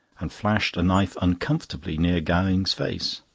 and flashed a knife uncomfortably near gowing's face.